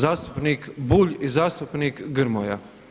Zastupnik Bulj i zastupnik Grmoja.